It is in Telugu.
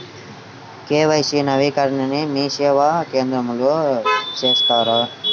కే.వై.సి నవీకరణని మీసేవా కేంద్రం లో చేస్తారా?